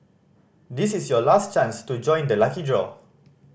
this is your last chance to join the lucky draw